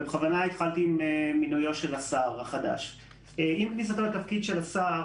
ואי יישום החלטת הממשלה מינואר 2018 לתיאום העבודה בזירה הבין-לאומית,